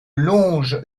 longe